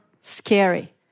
scary